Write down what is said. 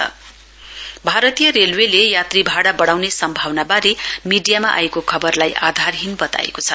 Indian railway भारतीय रेलवेले यात्री भाइा बढ़ाउने सम्भावनाबारे मीडियामा आएको खबरलाई आधारहीन बताएको छ